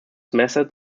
method